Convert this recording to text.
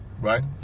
right